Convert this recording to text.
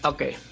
Okay